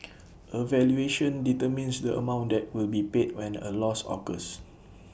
A valuation determines the amount that will be paid when A loss occurs